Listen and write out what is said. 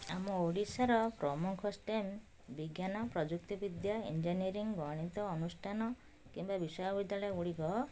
ଆମ ଓଡ଼ିଶାର ପ୍ରମୁଖ ଷ୍ଟେନ୍ ବିଜ୍ଞାନ ପ୍ରଯୁକ୍ତିବିଦ୍ୟା ଇଞ୍ଜିନିୟରିଙ୍ଗ୍ ଗଣିତ ଅନୁଷ୍ଠାନ କିମ୍ବା ବିଶ୍ୱବିଦ୍ୟାଳୟ ଗୁଡ଼ିକ